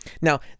Now